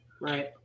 Right